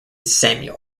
samuel